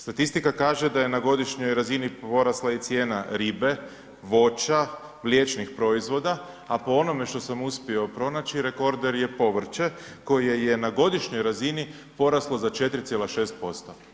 Statistika kaže, da je na godišnjoj razini porasla i cijena ribe, voća, mliječnih proizvoda, a po onome što sam uspio pronaći, rekorder je povrće, koje je na godišnjoj razini poraslo za 4,6%